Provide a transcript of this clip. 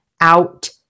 out